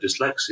dyslexia